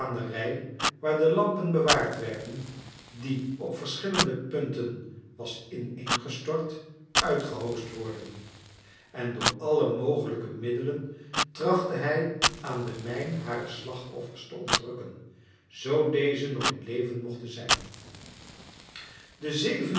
waar de lampen bewaard werden die op verschillende punten was ineengestort uitgehoosd worden en door alle mogelijke middelen trachtte hij aan de mijn hare slachtoffers te ontrukken zoo dezen nog in leven mochten zijn den zevenden